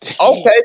Okay